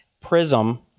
prism